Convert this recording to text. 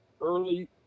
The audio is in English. early